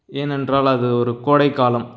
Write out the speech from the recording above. ஏனென்றால் அது ஒரு கோடைக்காலம்